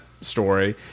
story